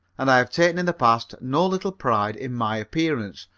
and i have taken in the past no little pride in my appearance,